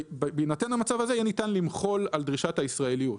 בהינתן המצב הזה יהיה ניתן למחול על דרישת הישראליות.